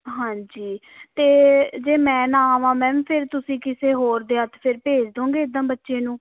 ਹਾਂਜੀ ਅਤੇ ਜੇ ਮੈਂ ਨਾ ਆਵਾਂ ਮੈਮ ਫਿਰ ਤੁਸੀਂ ਕਿਸੇ ਹੋਰ ਦੇ ਹੱਥ ਫਿਰ ਭੇਜ ਦੋਂਗੇ ਇੱਦਾਂ ਬੱਚੇ ਨੂੰ